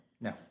No